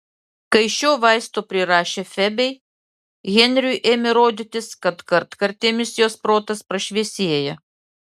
kai šio vaisto prirašė febei henriui ėmė rodytis kad kartkartėmis jos protas prašviesėja